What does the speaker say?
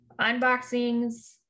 unboxings